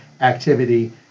activity